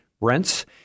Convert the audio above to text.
rents